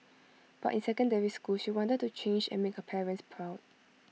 but in secondary school she wanted to change and make her parents proud